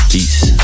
Peace